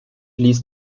ließ